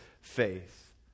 faith